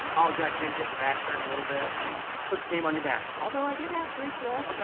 apologize, ninja if your back's hurting a little bit put the team on your back, although i did have three kills.